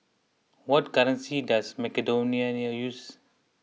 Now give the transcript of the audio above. what currency does Macedonia use